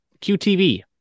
QTV